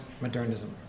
modernism